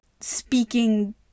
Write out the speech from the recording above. speaking